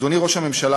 אדוני ראש הממשלה,